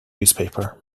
newspaper